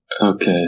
Okay